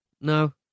No